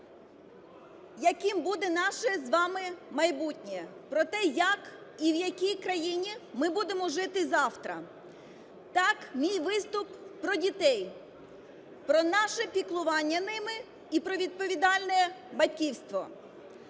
яким буде наше з вами майбутнє, про те, як і в якій країні ми будемо жити завтра. Так, мій виступ про дітей, про наше піклування ними і про відповідальне батьківство.